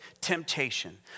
temptation